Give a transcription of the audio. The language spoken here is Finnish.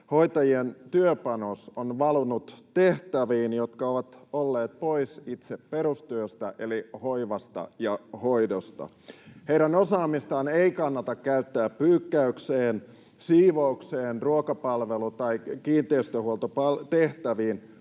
hoitajien työpanos on valunut tehtäviin, jotka ovat olleet pois itse perustyöstä eli hoivasta ja hoidosta. Heidän osaamistaan ei kannata käyttää pyykkäykseen, siivoukseen, ruokapalvelu- tai kiinteistönhuoltotehtäviin